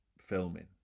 filming